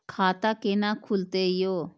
खाता केना खुलतै यो